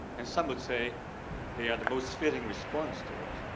and some would say they are the most fitting response to it.